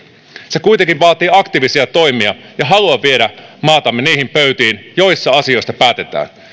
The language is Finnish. se kuitenkin vaatii aktiivisia toimia ja halua viedä maatamme niihin pöytiin joissa asioista päätetään